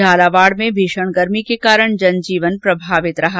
झालावाड़ में भीषण गर्मी के कारण जनजीवन प्रभावित रहा